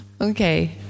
Okay